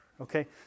Okay